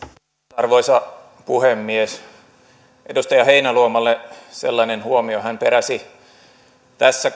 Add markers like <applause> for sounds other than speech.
arvoisa puhemies edustaja heinäluomalle sellainen huomio kun hän peräsi tässä <unintelligible>